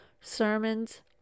sermons